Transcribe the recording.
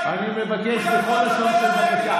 אני לא מבין את זה,